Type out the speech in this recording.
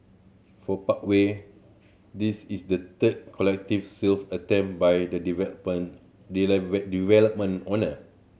for Parkway this is the third collective sale attempt by the development owner